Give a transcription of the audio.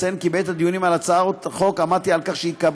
אציין כי בעת הדיונים על הצעת החוק עמדתי על כך שייקבעו